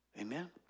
Amen